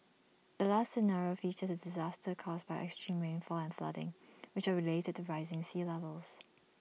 the last scenario features A disaster caused by extreme rainfall and flooding which are related to rising sea levels